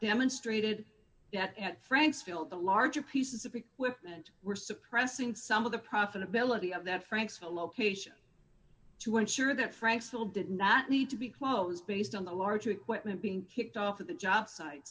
demonstrated yet at frank's field the larger pieces of equipment were suppressing some of the profitability of that franks the location to ensure that franks still did not need to be close based on the large equipment being kicked off the job site